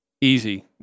Easy